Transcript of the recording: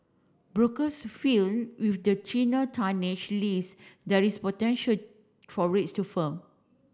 brokers feel with the thinner tonnage list there is potential for rates to firm